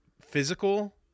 physical